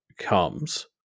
comes